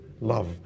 love